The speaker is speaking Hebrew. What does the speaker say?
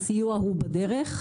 הסיוע בדרך,